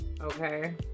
okay